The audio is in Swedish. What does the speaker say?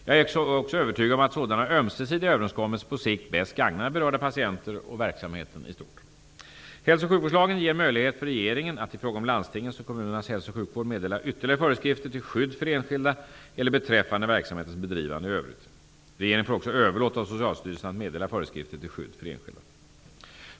Jag är också övertygad om att sådana ömsesidiga överenskommelser på sikt bäst gagnar berörda patienter och verksamheten i stort. Hälso och sjukvårdslagen ger möjlighet för regeringen att i fråga om landstingens och kommunernas hälso och sjukvård meddela ytterligare föreskrifter till skydd för enskilda eller beträffande verksamhetens bedrivande i övrigt. Regeringen får också överlåta åt Socialstyrelsen att meddela föreskrifter till skydd för enskilda.